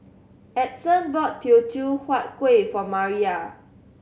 Edson bought Teochew Huat Kuih for Maria